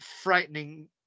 frightening